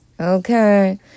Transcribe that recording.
Okay